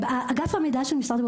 אגף המידע של משרד הבריאות,